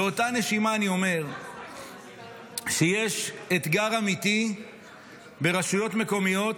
באותה נשימה אני אומר שיש אתגר אמיתי ברשויות מקומיות,